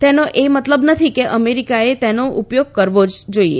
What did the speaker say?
તેનો એ મતલબ નથી કે અમેરિકાએ તેનો ઉપયોગ કરવો જ જોઈએ